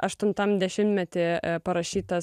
aštuntam dešimtmety parašytas